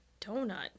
donut